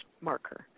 marker